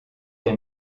des